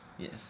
yes